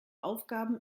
aufgaben